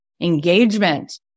Engagement